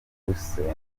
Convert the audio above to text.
rusengo